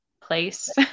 place